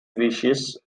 vicious